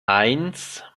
eins